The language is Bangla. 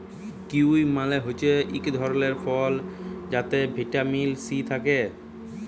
কিউই মালে হছে ইক ধরলের ফল যাতে ভিটামিল সি থ্যাকে